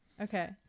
okay